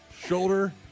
shoulder